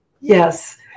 Yes